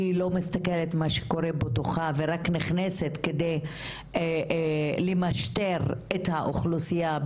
שהיא לא מסתכלת מה שקורה בתוכה ורק נכנסת כדי למשטר את האוכלוסייה,